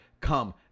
come